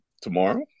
tomorrow